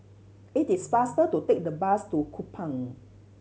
it is faster to take the bus to Kupang